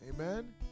Amen